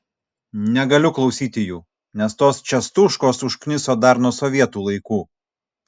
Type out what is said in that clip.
negaliu klausyti jų nes tos čiastuškos užkniso dar nuo sovietų laikų